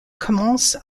commences